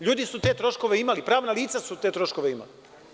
Ljudi su te troškove imali, pravna lica su te troškove imali.